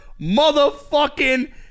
motherfucking